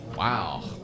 Wow